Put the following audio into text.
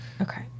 Okay